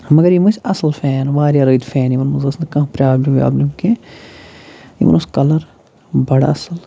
مگر یِم ٲسۍ اَصٕل فین واریاہ رٕتۍ فین یِمَن منٛز ٲس نہٕ کانٛہہ پرٛابلِم وابلِم کینٛہہ یِمَن اوس کَلَر بَڑٕ اَصٕل